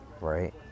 right